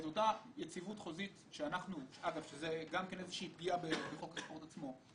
את אותה יציבות חוזית שזה גם פגיעה בהוראות החוק עצמו,